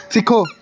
ਸਿੱਖੋ